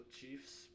Chiefs